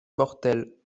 mortel